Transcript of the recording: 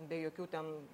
be jokių ten